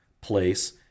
place